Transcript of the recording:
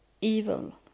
evil